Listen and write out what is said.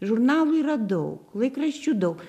žurnalų yra daug laikraščių daug